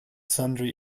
sundry